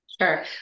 Sure